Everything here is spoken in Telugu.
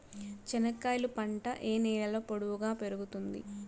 చెనక్కాయలు పంట ఏ నేలలో పొడువుగా పెరుగుతుంది?